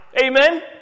Amen